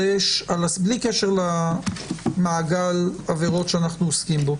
בלי קשר למעגל העבירות שאנחנו עוסקים בו,